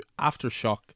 Aftershock